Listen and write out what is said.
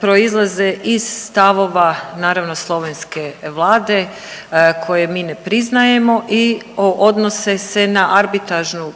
proizlaze iz stavova naravno slovenske Vlade koje mi ne priznajemo i odnose se na arbitražnu